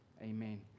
Amen